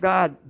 God